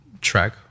track